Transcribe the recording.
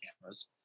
cameras